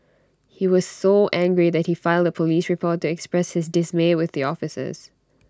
he was so angry that he filed A Police report to express his dismay with the officers